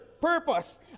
purpose